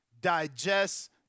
digest